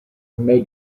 may